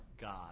God